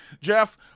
Jeff